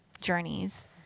journeys